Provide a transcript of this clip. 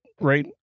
right